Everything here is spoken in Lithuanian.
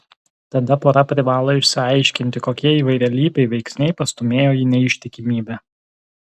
tada pora privalo išsiaiškinti kokie įvairialypiai veiksniai pastūmėjo į neištikimybę